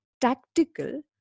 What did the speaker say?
tactical